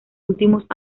últimos